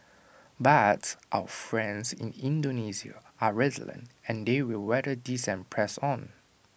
but our friends in Indonesia are resilient and they will weather this and press on